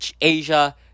Asia